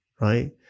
right